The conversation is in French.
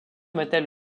mettaient